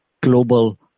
global